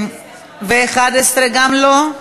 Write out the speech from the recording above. ו-11 גם לא?